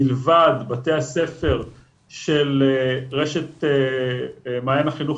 מלבד בתי הספר של רשת מעיין החינוך